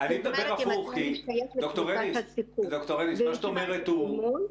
אם אתה משתייך לקבוצת הסיכון ואם קיבלת זימון,